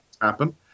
happen